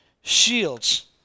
shields